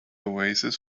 oasis